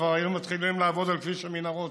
כבר היו מתחילים לעבוד על כביש המנהרות,